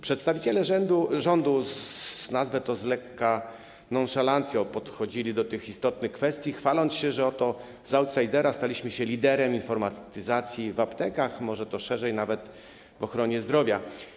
Przedstawiciele rządu - nazwę to z lekka - z nonszalancją podchodzili do tych istotnych kwestii, chwaląc się, że oto z outsidera staliśmy się liderem informatyzacji w aptekach, może nawet szerzej - w ochronie zdrowia.